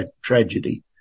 tragedy